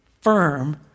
firm